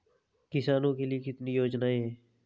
किसानों के लिए कितनी योजनाएं हैं?